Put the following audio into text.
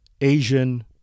Asian